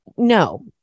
No